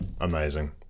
amazing